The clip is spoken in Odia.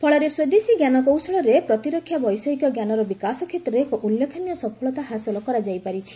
ଫଳରେ ସ୍ୱଦେଶୀ ଜ୍ଞାନକୌଶଳରେ ପ୍ରତିରକ୍ଷା ବୈଷୟିକ ଜ୍ଞାନର ବିକାଶ କ୍ଷେତ୍ରରେ ଏକ ଉଲ୍ଲେଖନୀୟ ସଫଳତା ହାସଲ କରାଯାଇ ପାରିଛି